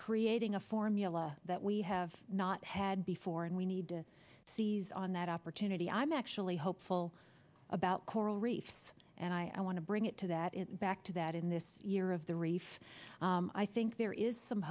creating a formula that we have not had before and we need to seize on that opportunity i'm actually hopeful about coral reefs and i want to bring it to that it's back to that in this year of the reef i think there is some